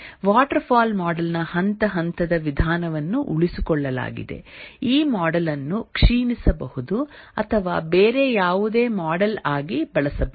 waterfall model ನ ಹಂತ ಹಂತದ ವಿಧಾನವನ್ನು ಉಳಿಸಿಕೊಳ್ಳಲಾಗಿದೆ ಈ ಮಾಡೆಲ್ ಅನ್ನು ಕ್ಷೀಣಿಸಬಹುದು ಅಥವಾ ಬೇರೆ ಯಾವುದೇ ಮಾಡೆಲ್ ಆಗಿ ಬಳಸಬಹುದು